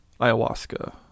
ayahuasca